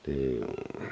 ते